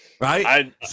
right